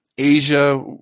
Asia